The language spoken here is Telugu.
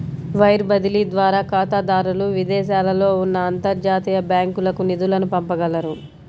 వైర్ బదిలీ ద్వారా ఖాతాదారులు విదేశాలలో ఉన్న అంతర్జాతీయ బ్యాంకులకు నిధులను పంపగలరు